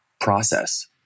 process